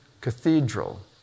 cathedral